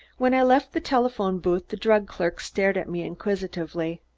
when i left the telephone-booth the drug clerk stared at me inquisitively.